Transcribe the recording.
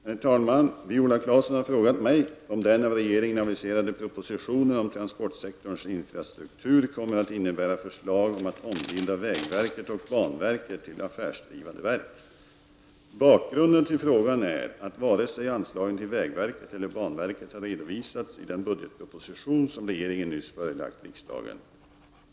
Herr talman! Viola Claesson har frågat mig om den av regeringen aviserade propositionen om transportsektorns infrastruktur kommer att innebära förslag om att ombilda vägverket och banverket till affärsdrivande verk. Bakgrunden till frågan är att inte anslagen vare sig till vägverket eller till banverket har redovisats i den budgetpropositon som regeringen nyss förelagt riksdagen.